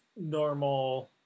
normal